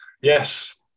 Yes